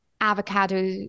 Avocado